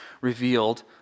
revealed